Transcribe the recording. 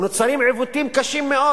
נוצרים עיוותים קשים מאוד.